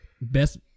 Best